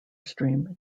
stream